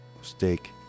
Steak